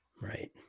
Right